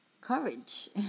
courage